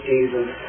Jesus